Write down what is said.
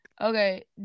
okay